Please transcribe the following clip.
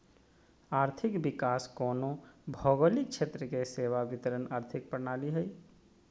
आर्थिक विकास कोनो भौगोलिक क्षेत्र के सेवा वितरण आर्थिक प्रणाली हइ